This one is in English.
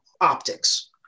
optics